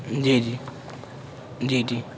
جی جی جی جی